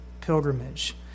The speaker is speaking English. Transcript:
pilgrimage